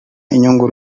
inyungu